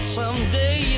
someday